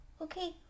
Okay